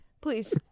please